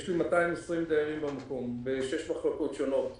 יש לי 220 דיירים בשש מחלקות שונות.